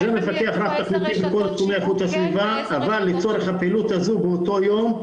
זה מפקח בכל תחומי איכות הסביבה אבל לצורך הפעילות הזו באותו יום,